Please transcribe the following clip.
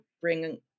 bring